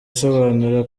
asobanura